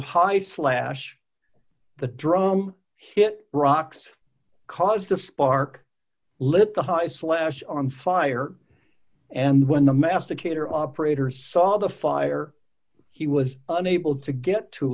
high slash the drum hit rocks caused a spark lit the high slash on fire and when the masticator operator saw the fire he was unable to get to